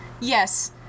yes